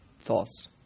thoughts